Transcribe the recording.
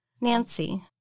Nancy